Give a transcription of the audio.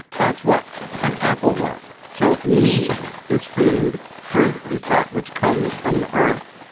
that's what an apple was. so meat is food. fruit is that which comes from the earth.